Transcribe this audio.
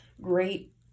great